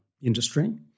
industry